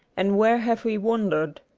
and where have we wandered,